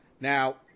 now